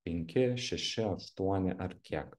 penki šeši aštuoni ar kiek